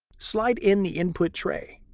slide in the input tray.